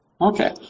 okay